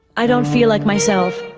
i don't feel like myself.